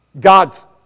God's